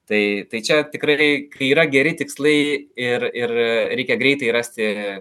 tai tai čia tikrai kai yra geri tikslai ir ir reikia greitai rasti